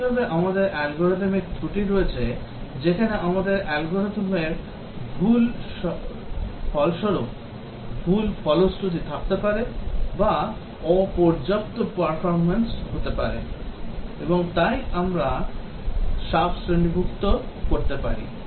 একইভাবে আমাদের algorithmic ত্রুটি রয়েছে যেখানে আমাদের অ্যালগরিদমের ভুল ফলস্বরূপ ভুল ফলশ্রুতি থাকতে পারে বা অপর্যাপ্ত পারফরম্যান্স হতে পারে এবং তাই আমরা সাব শ্রেণিবদ্ধ করতে পারি